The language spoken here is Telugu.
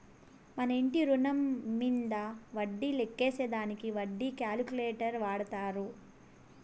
మన ఇంటి రుణం మీంద వడ్డీ లెక్కేసే దానికి వడ్డీ క్యాలిక్యులేటర్ వాడతారు